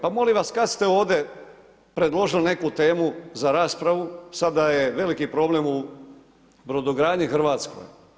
Pa molim vas, kad ste ovdje predložili neku temu za raspravu, sada je veliki problem u brodogradnji hrvatskoj.